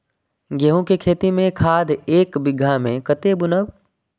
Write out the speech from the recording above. गेंहू के खेती में खाद ऐक बीघा में कते बुनब?